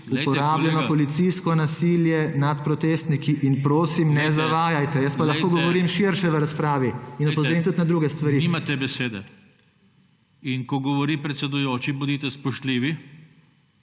uporabljeno policijsko nasilje nad protestniki in prosim, ne zavajajte. Jaz pa lahko govorim širše v razpravi in opozorim tudi na druge stvari … PODPREDSEDNIK JOŽE TANKO: Nimate besede. Ko govori predsedujoči, bodite spoštljivi.